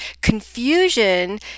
confusion